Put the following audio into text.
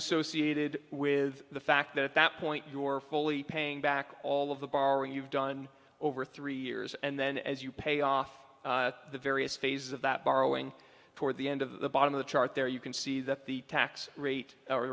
associated with the fact that at that point your fully paying back all of the borrowing you've done over three years and then as you pay off the various phases of that borrowing toward the end of the bottom of the chart there you can see that the tax rate or